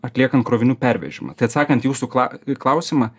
atliekant krovinių pervežimą tai atsakant į jūsų kla klausimą